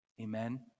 Amen